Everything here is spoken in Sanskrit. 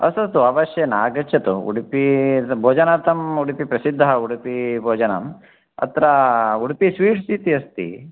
अस्तु अस्तु अवश्येन आगच्छतु उडुपि भोजनार्थम् उडुपि प्रसिद्धः उडुपि भोजनम् अत्र उडुपि स्वीट्स् इति अस्ति